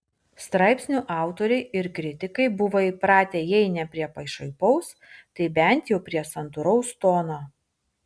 straipsnių autoriai ir kritikai buvo įpratę jei ne prie pašaipaus tai bent jau prie santūraus tono